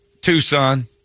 Tucson